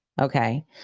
Okay